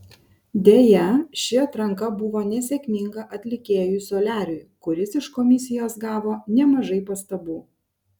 deja ši atranka buvo nesėkminga atlikėjui soliariui kuris iš komisijos gavo nemažai pastabų